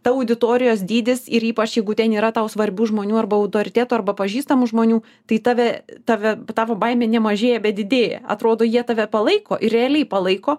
ta auditorijos dydis ir ypač jeigu ten yra tau svarbių žmonių arba autoritetų arba pažįstamų žmonių tai tave tave tavo baimė nemažėja bet didėja atrodo jie tave palaiko ir realiai palaiko